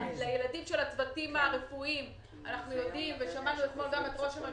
אנחנו יודעים שיש לך לב.